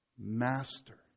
Master